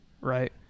right